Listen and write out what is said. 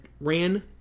ran